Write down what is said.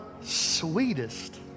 sweetest